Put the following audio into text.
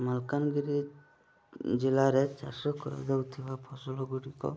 ମାଲକାନଗିରି ଜିଲ୍ଲାରେ ଚାଷ କରାଯାଉଥିବା ଫସଲଗୁଡ଼ିକ